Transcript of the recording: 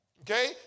Okay